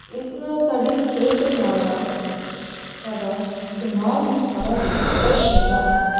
ਇਸ ਨਾਲ ਸਾਡੀ ਸਿਹਤ ਦੇ ਨਾਲ ਨਾਲ ਸਾਡਾ ਦਿਮਾਗ ਵੀ ਸਾਰਾ ਦਿਨ ਫਰੈਸ਼ ਰਹਿੰਦਾ ਹੈ